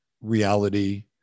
reality